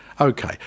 Okay